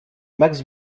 max